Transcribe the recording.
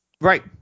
Right